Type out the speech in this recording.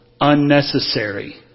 unnecessary